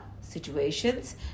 situations